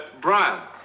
Brian